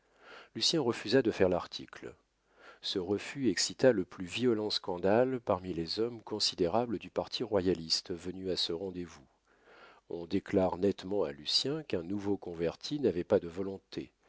lucien refusa de faire l'article ce refus excita le plus violent scandale parmi les hommes considérables du parti royaliste venus à ce rendez-vous on déclara nettement à lucien qu'un nouveau converti n'avait pas de volonté